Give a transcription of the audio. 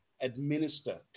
administer